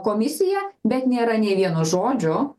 komisija bet nėra nė vieno žodžio